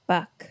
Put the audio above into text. Buck